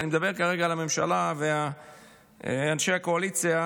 אני מדבר כרגע על הממשלה ואנשי הקואליציה,